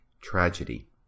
tragedy